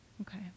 Okay